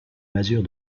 masure